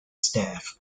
staff